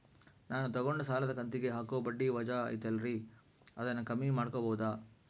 ನಾನು ತಗೊಂಡ ಸಾಲದ ಕಂತಿಗೆ ಹಾಕೋ ಬಡ್ಡಿ ವಜಾ ಐತಲ್ರಿ ಅದನ್ನ ಕಮ್ಮಿ ಮಾಡಕೋಬಹುದಾ?